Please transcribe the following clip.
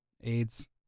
AIDS